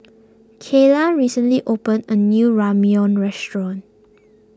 Kayla recently opened a new Ramyeon restaurant